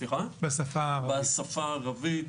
בשפה הערבית.